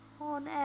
on